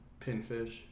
pinfish